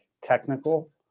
technical